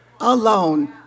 alone